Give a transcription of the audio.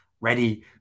ready